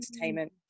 entertainment